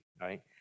right